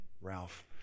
Ralph